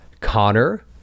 Connor